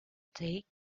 take